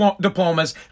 diplomas